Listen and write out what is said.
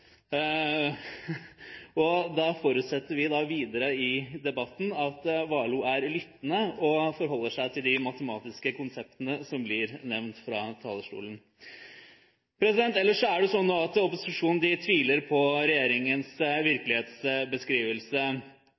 prosent. Da forutsetter vi videre i debatten at Warloe er lyttende og forholder seg til de matematiske konseptene som blir nevnt fra talerstolen. Ellers er det slik at opposisjonen tviler på regjeringens virkelighetsbeskrivelse.